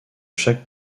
chaque